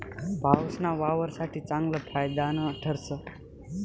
पाऊसना वावर साठे चांगलं फायदानं ठरस